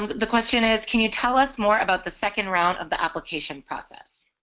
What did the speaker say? the question is can you tell us more about the second round of the application process